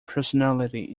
personality